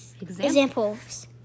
examples